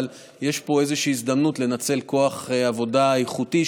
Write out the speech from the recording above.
אבל יש פה איזושהי הזדמנות לנצל כוח עבודה איכותי,